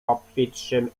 obfitszym